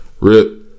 rip